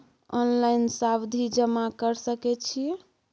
Online सावधि जमा कर सके छिये?